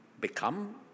become